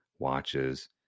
Watches